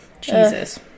Jesus